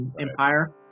Empire